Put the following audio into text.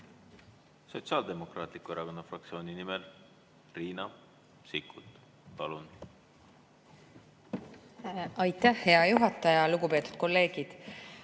Sotsiaaldemokraatliku Erakonna fraktsiooni nimel Riina Sikkut, palun! Aitäh, hea juhataja! Lugupeetud kolleegid!